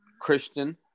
Christian